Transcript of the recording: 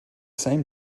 same